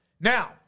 Now